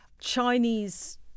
Chinese